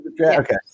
Okay